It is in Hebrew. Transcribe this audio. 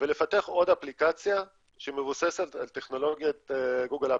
ולפתח עוד אפליקציה שמבוססת על טכנולוגיית גוגל-אפל.